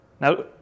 Now